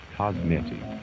cosmetic